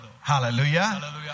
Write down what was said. hallelujah